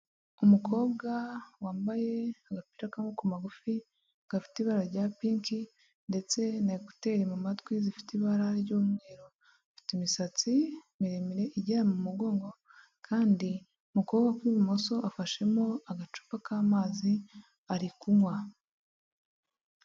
Umukobwa wambaye agapira k'amaboko magufi gafite ibara rya pinki ndetse n'ekuteuri mu matwi zifite ibara ry'umweru, afite imisatsi miremire igera mu mugongo kandi mu kuboko kw'ibumoso afashemo agacupa k'amazi ari kunywa.